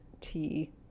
tea